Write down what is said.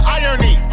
irony